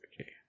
Okay